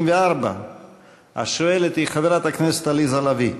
74. השואלת היא חברת הכנסת עליזה לביא.